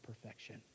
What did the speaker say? perfection